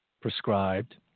prescribed